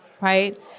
right